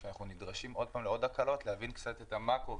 כאשר אנחנו נדרשים שוב לעוד הקלות להבין קצת את המקרו,